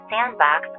Sandbox